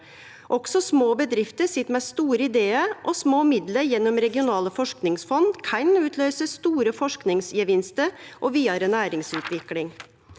Også små bedrifter sit med store idear, og små midlar gjennom regionale forskingsfond kan utløyse store forskingsgevinstar og vidare næringsutvikling.